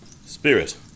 Spirit